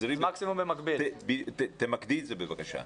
תמקדי את זה בבקשה.